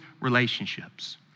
relationships